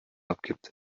abgibt